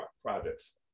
projects